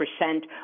percent